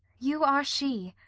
you are she.